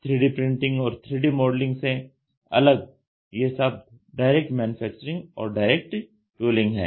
3D printing और 3D modelling से अलग ये शब्द डायरेक्ट मैन्युफैक्चरिंग और डायरेक्ट टूलिंग हैं